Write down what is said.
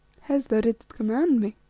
hes, thou didst command me.